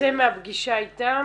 זה מהפגישה איתם?